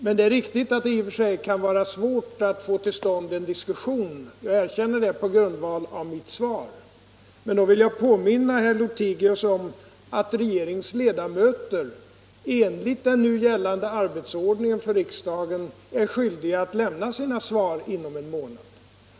Men det är riktigt att det i och för sig kan vara svårt att få till stånd en diskussion — jag erkänner det — på grundval av mitt svar. Jag vill dock påminna herr Lothigius om att regeringens ledamöter enligt den nu gällande arbetsordningen för riksdagen är skyldiga att lämna sina svar inom en månad.